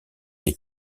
des